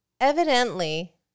Evidently